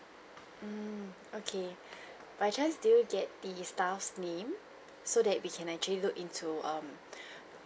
mm okay by chance did you get the staff's name so that we can actually look into um